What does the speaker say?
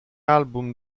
album